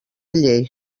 llei